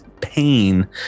pain